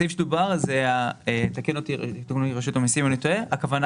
הסעיף בו דובר יתקנו אותי מרשות המסים אם אני טועה הכוונה